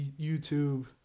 YouTube